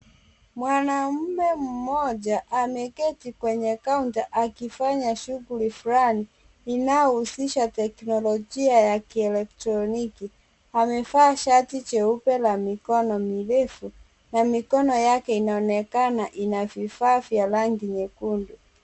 Mwanamume mmoja ameketi kwenye kaunta akifanya shughuli fulani, inayohusisha teknolojia ya kielektroniki. Amevaa shati jeupe la mikono mirefu na mikono yake inaonekana ina vifaa vya rangi nyekundu.